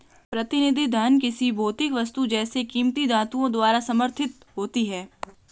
प्रतिनिधि धन किसी भौतिक वस्तु जैसे कीमती धातुओं द्वारा समर्थित होती है